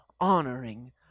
honoring